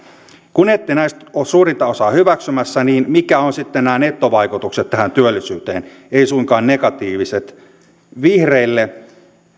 kun ette ole näistä suurinta osaa hyväksymässä niin mitkä ovat sitten nettovaikutukset tähän työllisyyteen eivät suinkaan negatiiviset vihreille